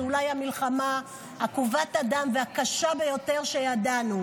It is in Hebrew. זאת אולי המלחמה העקובה מדם והקשה ביותר שידענו.